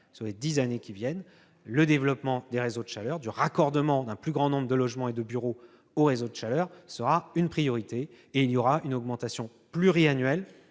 pour les dix années à venir, le développement des réseaux de chaleur, le raccordement d'un plus grand nombre de logements et de bureaux aux réseaux seront une priorité. Il y aura une augmentation pluriannuelle